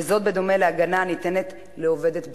בדומה להגנה הניתנת לעובדת בהיריון,